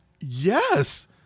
Yes